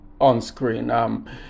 on-screen